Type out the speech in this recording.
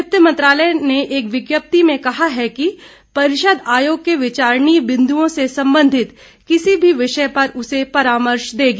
वित्त मंत्रालय ने एक विज्ञप्ति में कहा है कि परिषद आयोग के विचारणीय बिन्दुओं से संबंधित किसी भी विषय पर उसे परामर्श देगी